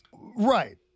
Right